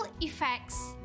effects